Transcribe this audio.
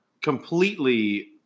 completely